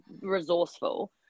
resourceful